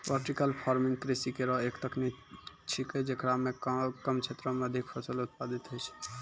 vertical farming कृषि केरो एक तकनीक छिकै, जेकरा म कम क्षेत्रो में अधिक फसल उत्पादित होय छै